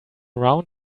round